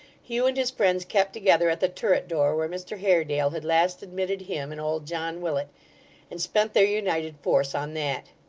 hugh and his friends kept together at the turret-door where mr haredale had last admitted him and old john willet and spent their united force on that.